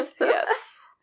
yes